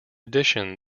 addition